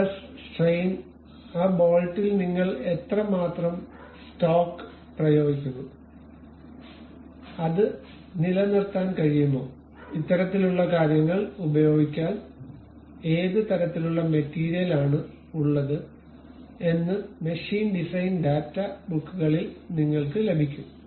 stress strain ആ ബോൾട്ടിൽ നിങ്ങൾ എത്രമാത്രം സ്റ്റോക്ക് പ്രയോഗിക്കുന്നു അത് നിലനിർത്താൻ കഴിയുമോ ഇത്തരത്തിലുള്ള കാര്യങ്ങൾ ഉപയോഗിക്കാൻ ഏത് തരത്തിലുള്ള മെറ്റീരിയലാലാണ് ഉള്ളത് എന്ന് മെഷീൻ ഡിസൈൻ ഡാറ്റ ബുക്കുകളിൽ നിങ്ങൾക്ക് ലഭിക്കും